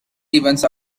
events